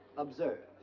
observe.